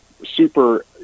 super